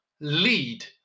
lead